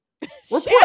Report